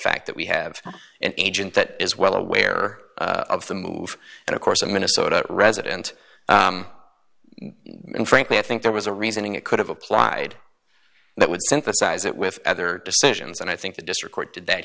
fact that we have an agent that is well aware of the move and of course a minnesota resident and frankly i think there was a reasoning it could have applied that would synthesize it with other decisions and i think the district court did that